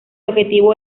objetivo